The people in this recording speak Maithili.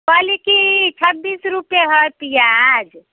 कहली कि छब्बीस रुपैए हइ पिआज